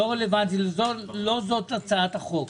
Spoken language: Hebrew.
זאת לא הצעת החוק.